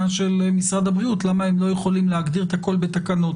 של משרד הבריאות למה הם לא יכולים להגדיר את הכל בתקנות,